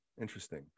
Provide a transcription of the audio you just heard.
Interesting